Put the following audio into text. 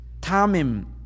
tamim